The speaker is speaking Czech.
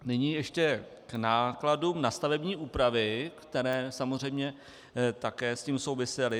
Nyní ještě k nákladům na stavební úpravy, které samozřejmě s tím také souvisely.